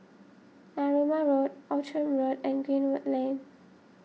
Narooma Road Outram Road and Greenwood Lane